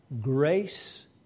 Grace